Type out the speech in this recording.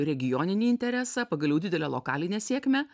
regioninį interesą pagaliau didelę lokalinę sėkmę